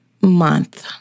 month